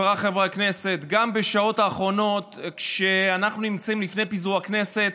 האחרונות, כשאנחנו נמצאים לפני פיזור הכנסת,